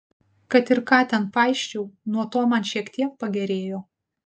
kad ir ką ten paisčiau nuo to man šiek tiek pagerėjo